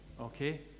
okay